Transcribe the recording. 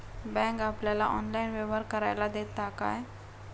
Bank आपल्याला online व्यवहार करायला देता काय?